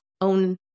own